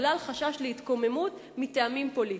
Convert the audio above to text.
בגלל חשש להתקוממות מטעמים פוליטיים.